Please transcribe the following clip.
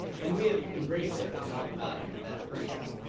and we have embraced it in all the value that it brings.